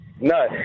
No